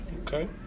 Okay